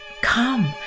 Come